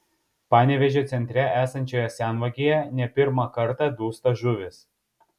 panevėžio centre esančioje senvagėje ne pirmą kartą dūsta žuvys